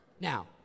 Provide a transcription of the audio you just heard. now